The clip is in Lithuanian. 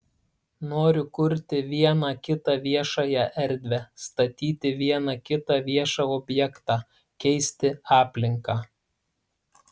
noriu kurti vieną kitą viešąją erdvę statyti vieną kitą viešą objektą keisti aplinką